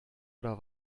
oder